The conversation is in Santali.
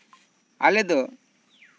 ᱟᱞᱮ ᱫᱚ